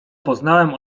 poznałem